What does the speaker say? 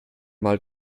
mal